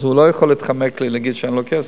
אז הוא לא יכול להתחמק לי, להגיד שאין לו כסף.